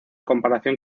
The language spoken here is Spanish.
comparación